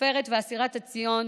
הסופרת ואסירת ציון